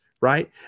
right